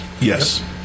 Yes